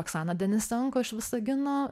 oksaną denisenko iš visagino